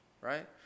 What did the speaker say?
right